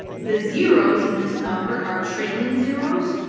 the zeroes in this number are trailing zeroes.